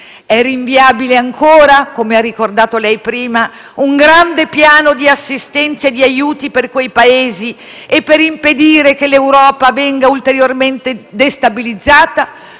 È rinviabile ancora, come ha ricordato lei prima, un grande piano di assistenza e di aiuti per quei Paesi e per impedire che l'Europa venga ulteriormente destabilizzata?